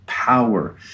power